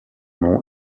nom